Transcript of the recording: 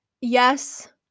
yes